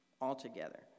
altogether